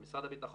על משהב"ט,